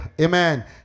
amen